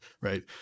right